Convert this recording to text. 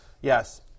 yes